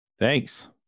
Thanks